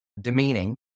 demeaning